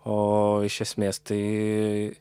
o iš esmės tai